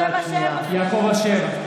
(קורא בשם חבר הכנסת) יעקב אשר,